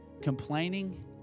Complaining